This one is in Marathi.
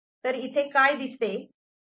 तर इथे काय दिसते